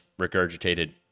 regurgitated